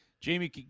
Jamie